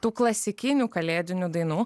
tų klasikinių kalėdinių dainų